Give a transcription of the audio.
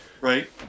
right